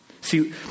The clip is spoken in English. See